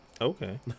Okay